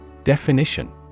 Definition